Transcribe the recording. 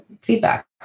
feedback